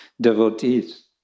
Devotees